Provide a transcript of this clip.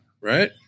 right